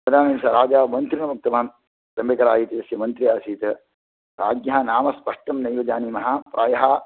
तदानीं सः राजा मन्त्रिणमुक्तवान् त्रयम्बकराय् इति अस्य मन्त्री आसीत् राज्ञः नाम स्पष्टं नैव जानीमः प्रायः